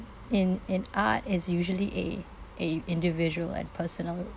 in in art is usually a a individual and personal